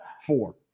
four